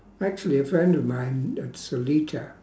actually a friend of mine at seletar